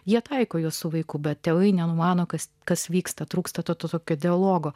jie taiko juos su vaiku bet tėvai nenumano kas kas vyksta trūksta tokio dialogo